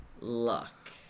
Luck